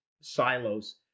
silos